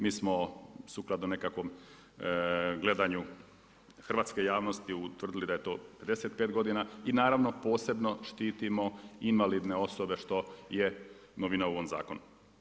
Mi smo sukladno nekakvom gledanju hrvatske javnosti utvrdili da je to 65 godina i naravno posebno štitimo invalidne osobe što je novina u ovom zakonu.